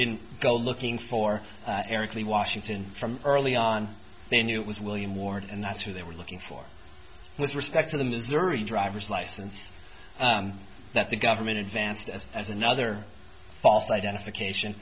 didn't go looking for eric lee washington from early on they knew it was william ward and that's who they were looking for with respect to the missouri driver's license that the government advanced as as another false identification